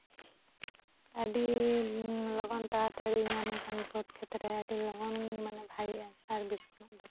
ᱟᱹᱰᱤ ᱞᱚᱜᱚᱱ ᱛᱟᱲᱟᱛᱟᱲᱤ ᱧᱟᱢ ᱮᱞᱮᱠᱷᱟᱱ ᱵᱟᱹᱫᱽ ᱠᱷᱮᱛ ᱨᱮ ᱟᱹᱰᱤ ᱞᱚᱜᱚᱱ ᱵᱷᱟᱹᱜᱤᱜᱼᱟ ᱥᱟᱨ ᱵᱤᱥ ᱠᱚᱱᱟᱜ ᱫᱚ